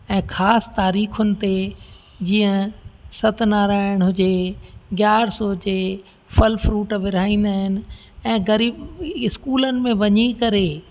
ऐं ख़ासि तारीख़ुनि ते जीअं सतनारायण हुजे ग्यारिसि हुजे फल फ्रूट विरिहाईंदा आहिनि ऐं गरी स्कूलनि में वञी करे